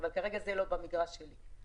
אבל זה כבר לא במגרש שלי.